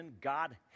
God